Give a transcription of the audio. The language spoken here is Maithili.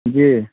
जी